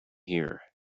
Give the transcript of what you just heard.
here